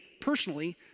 personally